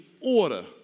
order